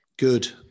good